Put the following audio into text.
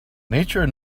nature